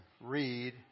read